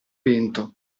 vento